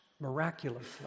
miraculously